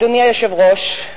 אדוני היושב-ראש,